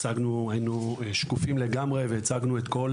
היינו שקופים לגמרי והצגנו את כל